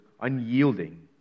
unyielding